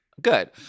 Good